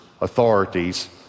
authorities